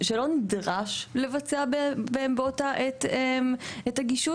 שלא נדרש לבצע באותה עת את הגישוש.